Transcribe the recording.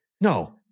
No